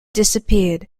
disappeared